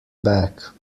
back